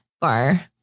bar